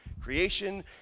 Creation